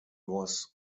was